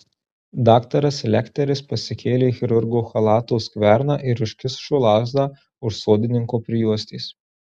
daktaras lekteris pasikėlė chirurgo chalato skverną ir užkišo lazdą už sodininko prijuostės